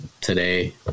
today